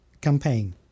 Campaign